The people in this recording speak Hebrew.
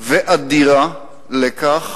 ואדירה לכך